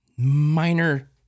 minor